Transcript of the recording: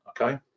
okay